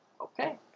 Okay